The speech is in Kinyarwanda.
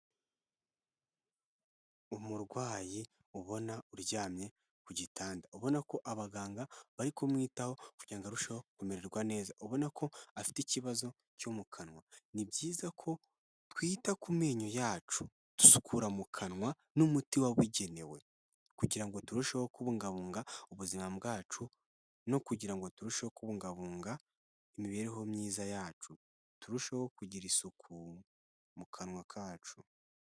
Umurwayi ubona uryamye ku gitanda ubona ko abaganga bari kumwitaho kugirango ngo arushaho kumererwa neza ubona ko afite ikibazo cyo mu kanwa ni byiza ko twita ku menyo yacu dusukura mu kanwa n'umuti wabigenewe kugira ngo turusheho kubungabunga ubuzima bwacu no kugira ngo turusheho kubungabunga imibereho myiza yacu turusheho kugira isuku mu kanwa kacu.